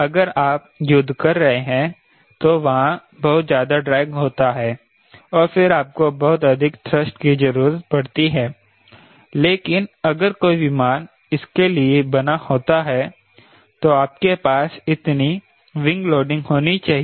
अगर आप युद्ध कर रहे हैं तो वहां बहुत ज्यादा ड्रैग होता है और फिर आपको बहुत अधिक थ्रस्ट की जरूरत पड़ती है लेकिन अगर कोई विमान इसके लिए बना होता है तो आपके पास इतनी विंग लोडिंग होनी चाहिए